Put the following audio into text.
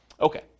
Okay